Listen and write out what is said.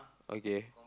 okay